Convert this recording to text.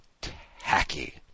tacky